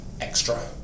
extra